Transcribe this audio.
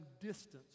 distance